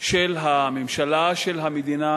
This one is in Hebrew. של הממשלה, של המדינה,